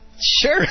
Sure